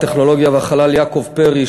הטכנולוגיה והחלל יעקב פרי,